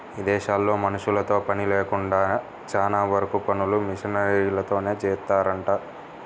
ఇదేశాల్లో మనుషులతో పని లేకుండా చానా వరకు పనులు మిషనరీలతోనే జేత్తారంట